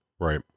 Right